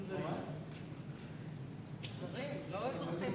לא אזרחים,